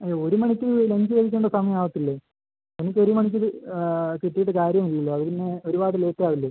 ഒരു മണിക്ക് ലഞ്ച് കഴിക്കേണ്ട സമയം ആവത്തില്ലേ എനിക്ക് ഒരു മണിക്ക് ഇത് കിട്ടിയിട്ട് കാര്യം ഇല്ലല്ലോ അത് പിന്നെ ഒരുപാട് ലേറ്റ് ആവില്ലേ